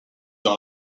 dans